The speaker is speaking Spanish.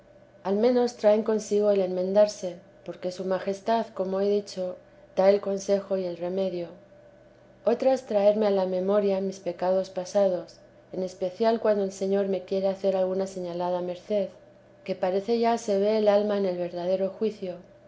al menos traen consigo el enmendarse porque su majestad como he dicho da el consejo y el remedio otras traerme a la memoria mis pecados pasados en especial cuando el señor me quiere hacer alguna señalada merced que parece ya se ve el alma en el verdadero juicio